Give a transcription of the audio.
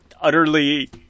Utterly